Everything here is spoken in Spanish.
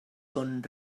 con